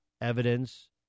evidence